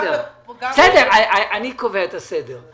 בסדר, אני קובע את הסדר.